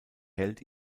held